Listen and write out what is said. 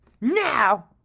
Now